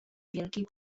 wielkiej